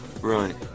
Right